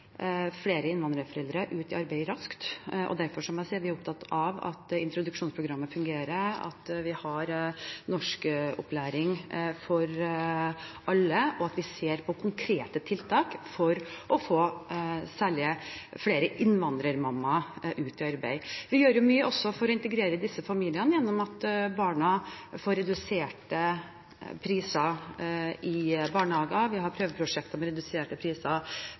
flere innvandrerforeldre ut i arbeid raskt. Derfor er vi opptatt av at introduksjonsprogrammet fungerer, at vi har norskopplæring for alle, og at vi ser på konkrete tiltak for å få særlig flere innvandrermammaer ut i arbeid. Vi gjør også mye for å integrere disse familiene. Barna får redusert pris i barnehagen, og vi har prøveprosjekter med reduserte priser